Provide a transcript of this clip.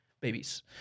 babies